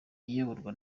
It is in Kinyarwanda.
iyoborwa